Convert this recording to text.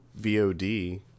VOD